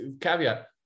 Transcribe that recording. caveat